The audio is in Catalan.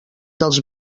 dels